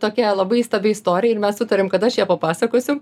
tokia labai įstabia istorija ir mes sutarėm kad aš ją papasakosiu